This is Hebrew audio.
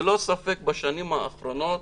ללא ספק בשנים האחרונות